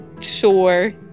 sure